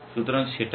সুতরাং সেটা এক